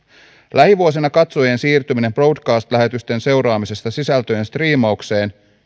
lähivuosina katsojien siirtyminen broadcast lähetysten seuraamisesta sisältöjen striimaukseen